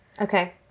Okay